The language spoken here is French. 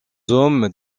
hommes